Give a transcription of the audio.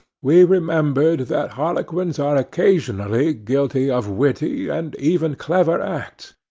we remembered that harlequins are occasionally guilty of witty, and even clever acts,